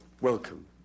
welcome